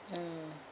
mm